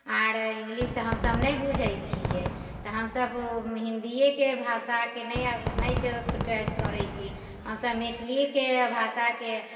आओर इंग्लिश हमसभ नहि बुझैत छियै तऽ हमसभ हिन्दियेके भाषाके नहि नहि च चोइस करैत छियै हमसभ मैथिलिये के भाषाके